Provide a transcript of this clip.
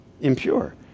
Impure